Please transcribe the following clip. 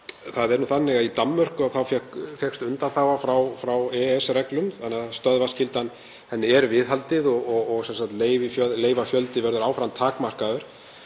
það er nú þannig að í Danmörku fékkst undanþága frá EES-reglum þannig að stöðvaskyldunni er viðhaldið og leyfafjöldi verður áfram takmarkaður